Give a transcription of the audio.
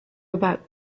about